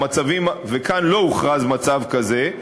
וכאן לא הוכרז מצב כזה,